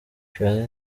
charly